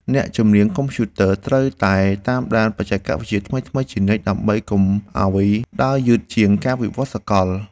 អ្នកជំនាញកុំព្យូទ័រត្រូវតែតាមដានបច្ចេកវិទ្យាថ្មីៗជានិច្ច ដើម្បីកុំឱ្យដើរយឺតជាងការវិវត្តសកល។